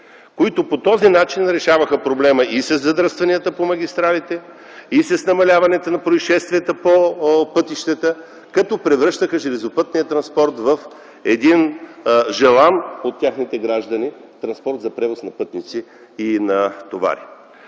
които по този начин решаваха проблема и със задръстванията по магистралите, и с намаляването на произшествията по пътищата, като превръщаха железопътния транспорт в желан от техните граждани транспорт за превоз на пътници и товари.